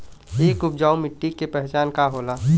एक उपजाऊ मिट्टी के पहचान का होला?